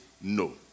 no